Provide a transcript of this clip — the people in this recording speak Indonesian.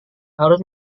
harus